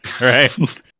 right